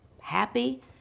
happy